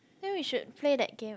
then we should play that game